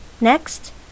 Next